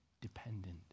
dependent